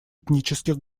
этнических